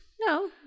No